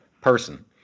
person